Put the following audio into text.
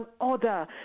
order